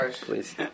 please